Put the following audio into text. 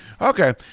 Okay